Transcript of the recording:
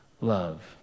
love